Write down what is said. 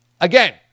again